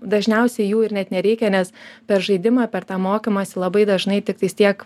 dažniausiai jų ir net nereikia nes per žaidimą per tą mokymąsi labai dažnai tiktais tiek